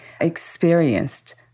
experienced